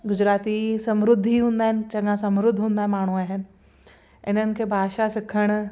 गुजराती समृद्ध ई हूंदा आहिनि चङा समृद्ध हूंदा माण्हू आहिनि इन्हनि खे भाषा सिखणु